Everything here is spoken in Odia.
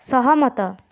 ସହମତ